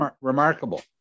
remarkable